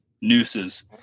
nooses